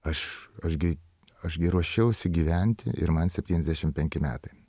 aš aš gi aš gi ruošiausi gyventi ir man septyniasdešim penki metai